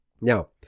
Now